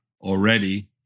already